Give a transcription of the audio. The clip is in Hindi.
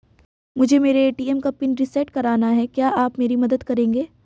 मुझे मेरे ए.टी.एम का पिन रीसेट कराना है क्या आप मेरी मदद करेंगे?